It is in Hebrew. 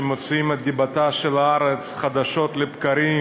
שמוציאים את דיבתה של הארץ חדשות לבקרים